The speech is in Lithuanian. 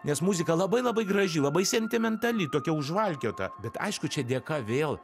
nes muzika labai labai graži labai sentimentali tokia už valkiota bet aišku čia dėka vėl